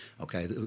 Okay